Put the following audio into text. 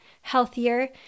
healthier